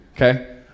Okay